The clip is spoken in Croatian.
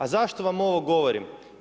A zašto vam ovo govorim?